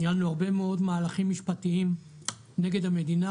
ניהלנו הרבה מאוד מהלכים משפטיים נגד המדינה